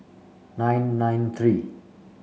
nine nine three